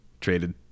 traded